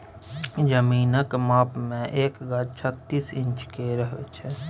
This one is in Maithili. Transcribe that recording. जमीनक नाप मे एक गज छत्तीस इंच केर होइ छै